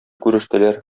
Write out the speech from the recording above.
күрештеләр